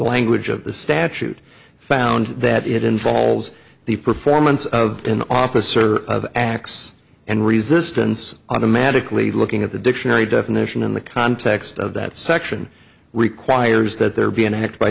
language of the statute found that it involves the performance of an officer acts and resistance automatically looking at the dictionary definition in the context of that section requires that there be